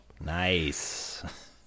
Nice